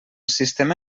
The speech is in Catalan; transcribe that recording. sistema